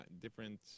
Different